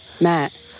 matt